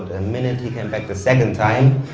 and minute he came back the second time,